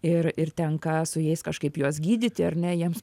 ir ir tenka su jais kažkaip juos gydyti ar ne jiems